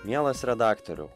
mielas redaktoriau